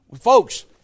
Folks